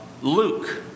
Luke